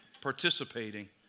participating